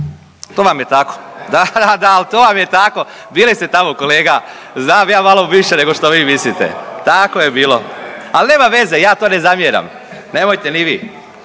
ne razumije./ … Da, da, da ali to vam je tako. Bili ste tamo kolega, znam ja malo više nego što vi mislite. … /Upadica se ne razumije./ … Tako je bilo. Ali nema veze ja to ne zamjeram. Nemojte ni vi.